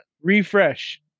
Refresh